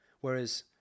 Whereas